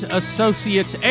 associates